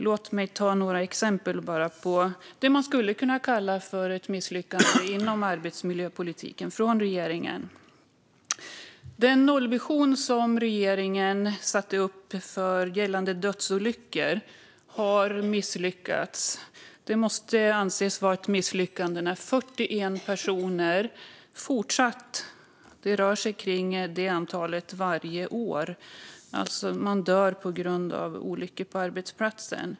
Låt mig bara ta några exempel på det man skulle kunna kalla för ett misslyckande inom arbetsmiljöpolitiken från regeringen. Den nollvision som regeringen satte upp gällande dödsolyckor har misslyckats. Det måste anses vara ett misslyckande när det fortsatt är omkring 41 personer varje år som dör på grund av olyckor på arbetsplatsen.